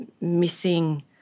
missing